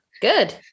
good